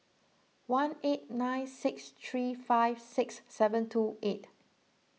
one eight nine six three five six seven two eight